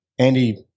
Andy